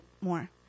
more